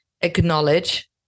acknowledge